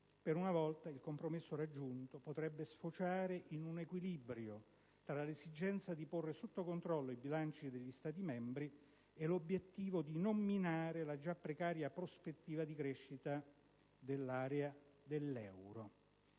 Per una volta il compromesso raggiunto potrebbe sfociare in un equilibrio tra l'esigenza di porre sotto controllo i bilanci degli Stati membri e l'obiettivo di non minare la già precaria prospettiva di crescita nell'area dell'euro.